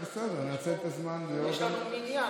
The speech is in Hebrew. זה בסדר, אני אנצל את הזמן, יש לנו מניין.